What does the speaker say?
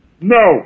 No